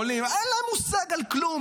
אין להם מושג על כלום,